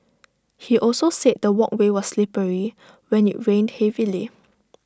he also said the walkway was slippery when IT rained heavily